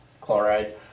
chloride